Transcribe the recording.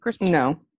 no